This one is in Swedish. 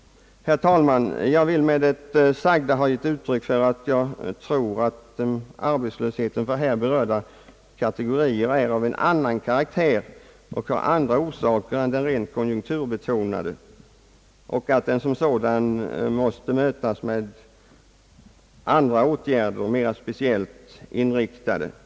Herr talman! Jag har med det sagda velat ge uttryck åt min uppfattning att arbetslösheten för här berörda kategorier är av en annan karaktär och har andra orsaker än de rent konjunkturbetonade och att den som sådan måste mötas med andra, mera speciellt inriktade åtgärder.